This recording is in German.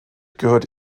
gehört